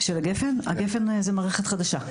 הגפ"ן היא מערכת חדשה.